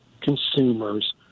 consumers